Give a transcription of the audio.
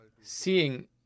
seeing